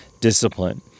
discipline